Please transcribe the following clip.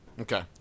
Okay